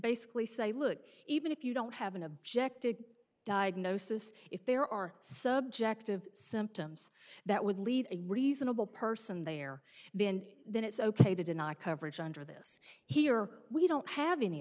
basically say look even if you don't have an objective diagnosis if there are subjective symptoms that would lead a reasonable person there then then it's ok to deny coverage under this here we don't have any